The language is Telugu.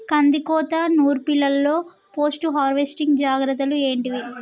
కందికోత నుర్పిల్లలో పోస్ట్ హార్వెస్టింగ్ జాగ్రత్తలు ఏంటివి?